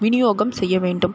விநியோகம் செய்ய வேண்டும்